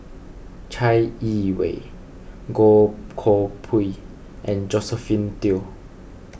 Chai Yee Wei Goh Koh Pui and Josephine Teo